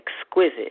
exquisite